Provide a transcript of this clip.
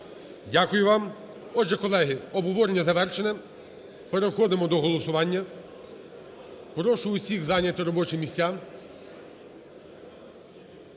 Дякую вам. Отже, колеги, обговорення завершено. Переходимо до голосування. Прошу всіх зайняти робочі місця.